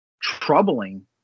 troubling